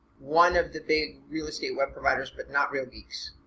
one of the big real estate web providers but not real geeks.